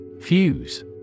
FUSE